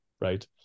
right